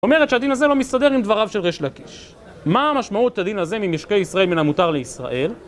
זאת אומרת שהדין הזה לא מסתדר עם דבריו של ריש לקיש. מה המשמעות של הדין הזה ממשקי ישראל מן המותר לישראל?